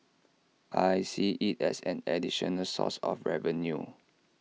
I see IT as an additional source of revenue